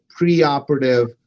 preoperative